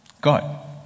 God